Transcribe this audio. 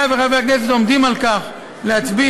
היה וחברי הכנסת עומדים על כך שנצביע,